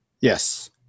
Yes